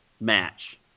Match